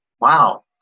wow